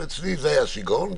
ואצלי זה היה השיגעון.